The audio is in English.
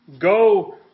Go